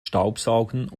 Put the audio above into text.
staubsaugen